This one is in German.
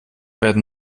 werden